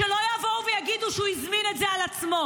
שלא יבואו ויגידו שהוא הזמין את זה על עצמו.